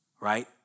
right